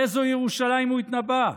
על איזו ירושלים הוא התנבא?